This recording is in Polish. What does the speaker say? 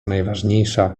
najważniejsza